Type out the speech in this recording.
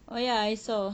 oh ya I saw